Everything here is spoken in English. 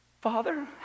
Father